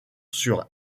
sur